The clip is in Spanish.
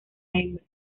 hembra